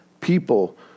people